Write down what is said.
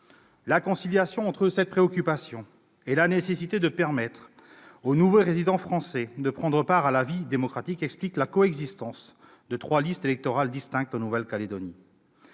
La conciliation entre cette préoccupation et la nécessité de permettre aux nouveaux résidents français de prendre part à la vie démocratique explique la coexistence de trois listes électorales distinctes en Nouvelle-Calédonie.